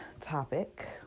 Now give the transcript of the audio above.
topic